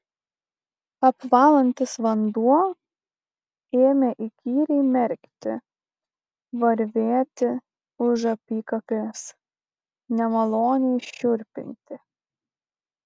apvalantis vanduo ėmė įkyriai merkti varvėti už apykaklės nemaloniai šiurpinti